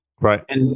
Right